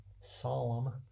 solemn